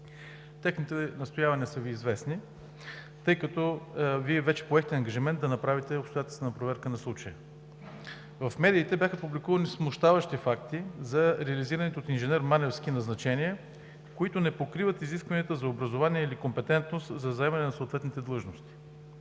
Техните настоявания са Ви известни, тъй като Вие вече поехте ангажимент да направите обстоятелствена проверка на случая. В медиите бяха публикувани смущаващи факти за реализираните от инж. Маневски назначения, които не покриват изискванията за образование или компетентност за заемане на съответните длъжности.